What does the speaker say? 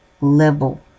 level